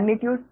magnitude